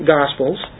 Gospels